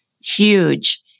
huge